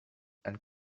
and